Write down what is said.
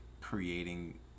creating